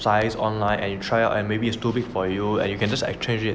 size online and try out and maybe it's too big for you and you can just exchange it